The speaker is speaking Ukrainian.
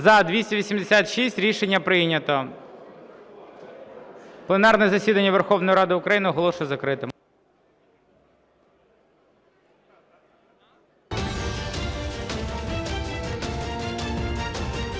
За-286 Рішення прийнято. Пленарне засідання Верховної Ради України оголошую закритим.